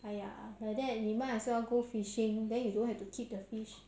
!aiya! like that you might as well go fishing then you don't have to keep the fish